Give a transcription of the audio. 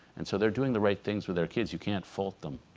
and so they're doing the right things for their kids, you can't fault them,